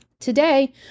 Today